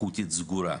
אקוטית סגורה.